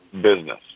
business